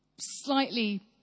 slightly